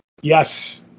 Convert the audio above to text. Yes